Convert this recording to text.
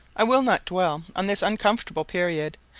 i will not dwell on this uncomfortable period,